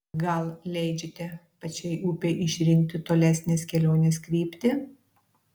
gal leidžiate pačiai upei išrinkti tolesnės kelionės kryptį